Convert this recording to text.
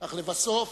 אך לבסוף